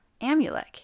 Amulek